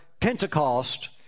Pentecost